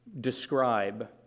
describe